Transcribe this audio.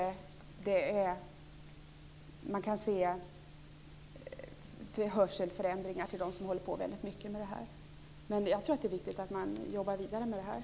De som håller på mycket med sådant får hörselförändringar. Det är viktigt att jobba vidare med frågorna.